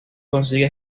consigue